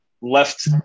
left